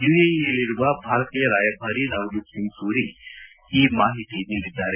ಯುಎಇಯಲ್ಲಿರುವ ಭಾರತೀಯ ರಾಯಭಾರಿ ನವದೀಪ್ ಸಿಂಗ್ ಸೂರಿ ಈ ಮಾಹಿತಿ ನೀಡಿದ್ದಾರೆ